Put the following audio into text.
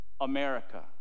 America